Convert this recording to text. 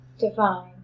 divine